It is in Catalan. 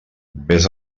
vés